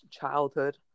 childhood